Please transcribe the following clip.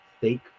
fake